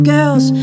Girls